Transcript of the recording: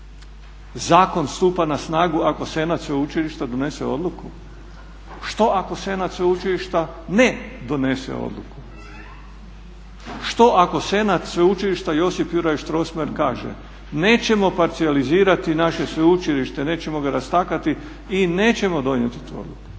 Zakon stupa na snagu ako senat sveučilišta donese odluku. Što ako senat sveučilišta ne donese odluku, što ako Senat Sveučilišta Josip Juraj Strossmayer kaže nećemo parcijalizirati naše sveučilište, nećemo ga rastakati i nećemo donijeti tu odluku.